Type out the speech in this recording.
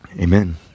Amen